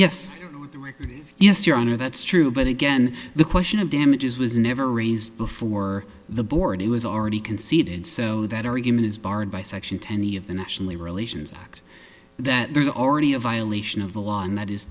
yes yes your honor that's true but again the question of damages was never raised before the board it was already conceded so that argument is barred by section twenty of the national labor relations act that there's already a violation of the law and that is